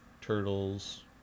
turtles